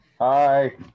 Hi